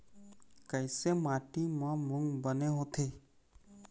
कइसे माटी म मूंग बने होथे?